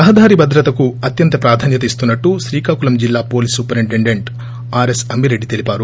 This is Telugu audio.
రహదారి భద్రతకు అత్యంత ప్రాధన్యత ఇస్తున్నట్టు శ్రీకాకుళం జిల్లా police superintendent R S Ammireddy తెలిపారు